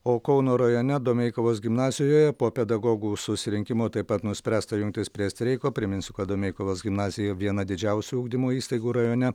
o kauno rajone domeikavos gimnazijoje po pedagogų susirinkimo taip pat nuspręsta jungtis prie streiko priminsiu kad domeikavos gimnazija viena didžiausių ugdymo įstaigų rajone